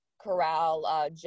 Corral